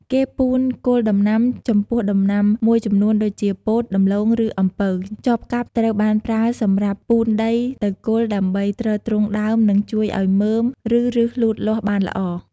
គេពូនគល់ដំណាំ ចំពោះដំណាំមួយចំនួនដូចជា ពោត ដំឡូង ឬអំពៅ ចបកាប់ត្រូវបានប្រើសម្រាប់ ពូនដីទៅគល់ ដើម្បីទ្រទ្រង់ដើម និងជួយឱ្យមើម ឬឫសលូតលាស់បានល្អ។